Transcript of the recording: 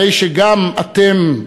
הרי שגם אתם,